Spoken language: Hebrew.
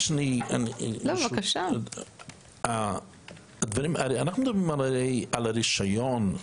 אנחנו מדברים על הרישיון,